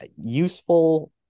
useful